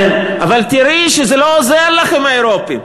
אבל תראי שזה לא עוזר לך עם האירופים.